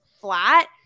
flat